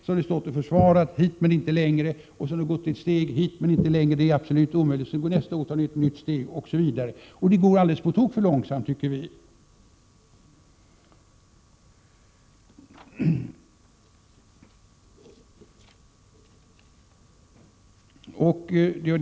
Ni har stått och försvarat den och sagt: Hit men inte längre. Sen har ni tagit ett steg till och sagt: Hit men inte längre, det är absolut omöjligt. Nästa år tar ni ett nytt steg osv. Det går alldeles på tok för långsamt, tycker vi.